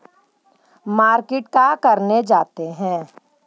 Market का करने जाते हैं?